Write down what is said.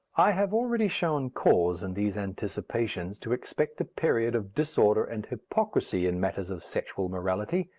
i have already shown cause in these anticipations to expect a period of disorder and hypocrisy in matters of sexual morality.